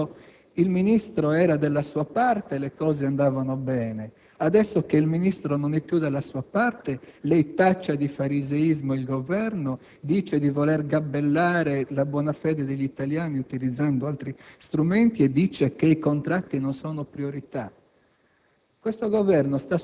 Allora, caro senatore, come funziona? Quando il Ministro era della sua parte politica, le cose andavano bene; adesso che il Ministro non appartiene più alla sua parte, lei taccia di fariseismo il Governo, afferma che esso vuole gabellare la buona fede degli italiani utilizzando altri strumenti e sostiene che i contratti non sono priorità.